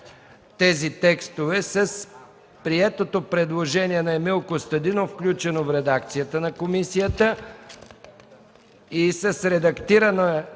тези текстове с приетото предложение на Емил Костадинов, включено в редакцията на комисията, и с редактирания